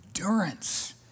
endurance